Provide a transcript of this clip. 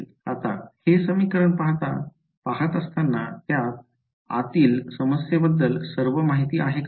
आता हे समीकरण पहात असताना त्यात आतील समस्येबद्दल सर्व माहिती आहे का